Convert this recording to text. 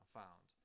found